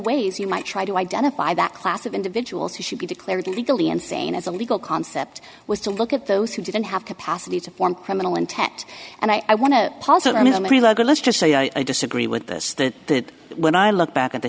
ways you might try to identify that class of individuals who should be declared legally insane as a legal concept was to look at those who didn't have capacity to form criminal intent and i want to posit i mean let's just say i disagree with this that when i look back at the